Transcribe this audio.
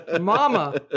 mama